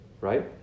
Right